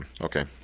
okay